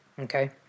Okay